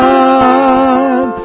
God